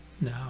no